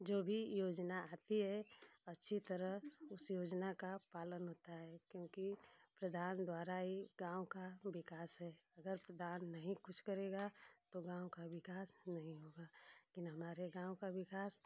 जो भी योजना आती है अच्छी तरह उस योजना का पालन होता है क्योंकि प्रधान द्वारा ही गाँव का विकास है अगर प्रधान कुछ नहीं करेगा तो गाँव का विकास नहीं होगा हमारे गाँव का विकास